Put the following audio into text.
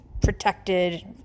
protected